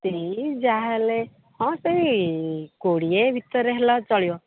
ସେହି ଯାହା ହେଲେ ହଁ ସେହି କୋଡ଼ିଏ ଭିତରେ ହେଲା ଚଳିବ